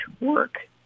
work